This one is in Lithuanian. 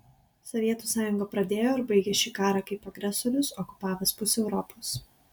sovietų sąjunga pradėjo ir baigė šį karą kaip agresorius okupavęs pusę europos